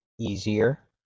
easier